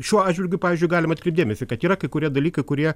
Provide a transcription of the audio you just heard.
šiuo atžvilgiu pavyzdžiui galim atkreipti dėmesį kad yra kai kurie dalykai kurie